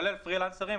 כולל פרילנסרים,